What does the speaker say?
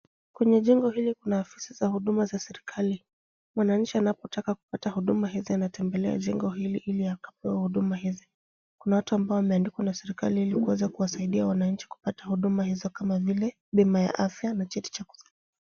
Kwenye jengo hili kuna ofisi za huduma za serekali. Mwananchi anapotaka kupata huduma hizi anatembelea jengo hili ili akapewa huduma hizi. Kuna watu ambao wameandikwa na serekali ili kuweza kuwasaidia wananchi kupata huduma hizo kama vile bima ya afya na cheti cha kuzaliwa.